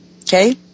Okay